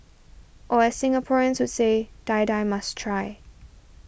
or as Singaporeans would say Die Die must try